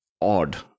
odd